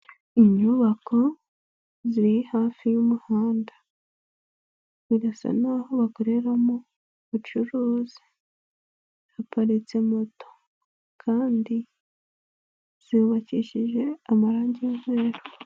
Inyubako ziri hafi y'umuhanda birasa nkaho bakoreramo ubucuruzi, haparitse moto kandi zubakishije amarange y'umweru.